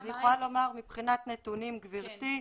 מבחינת נתונים, גברתי.